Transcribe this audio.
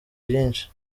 byinshi